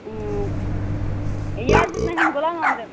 یہِ حَظ دُیت مےٚ ہُم غلام محمدن